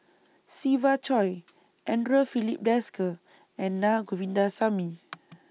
Siva Choy Andre Filipe Desker and Na Govindasamy